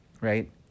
right